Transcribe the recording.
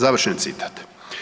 Završen citat.